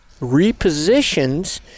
repositions